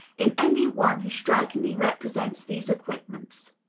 in any one who strikingly represents these equipments.